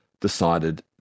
decided